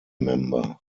member